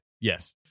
yes